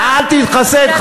אל תתחסד,